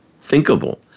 thinkable